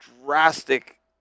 drastic